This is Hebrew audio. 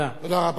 תודה רבה.